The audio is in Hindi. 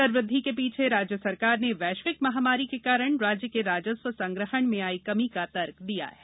कर वृद्धि के पीछे राज्य सरकार ने वैश्विक महामारी के कारण राज्य के राजस्व संग्रहण में आई कमी का तर्क दिया है